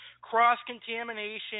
cross-contamination